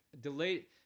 delayed